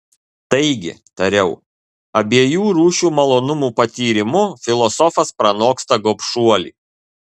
taigi tariau abiejų rūšių malonumų patyrimu filosofas pranoksta gobšuolį